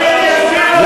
נו.